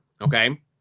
okay